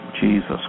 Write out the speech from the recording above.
Jesus